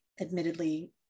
admittedly